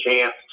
chance